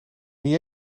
niet